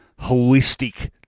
holistic –